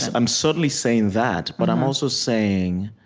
i'm certainly saying that, but i'm also saying,